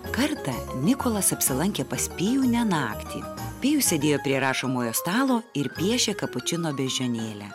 kartą nikolas apsilankė pas pijų ne naktį pijus sėdėjo prie rašomojo stalo ir piešė kapučino beždžionėlę